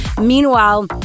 Meanwhile